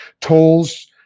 tolls